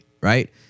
right